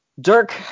Dirk